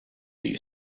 you